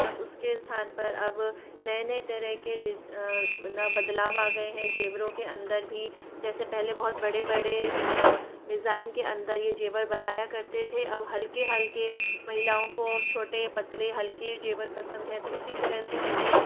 अब उस के स्थान पर अब नए नए तरह के डिज़ ना बदलाव आ गए हैं ज़ेवरों के अंदर भी जैसे पहले बहुत बड़े बड़े डिज़ाइन के अंदर यह ज़ेवर बनाया करते थे अब हल्के हल्के महिलाओं को छोटे पतले हल्के ज़ेवर पसंद है तो उसी तरह से उन के